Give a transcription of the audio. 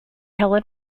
helen